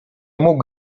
mógł